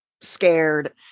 scared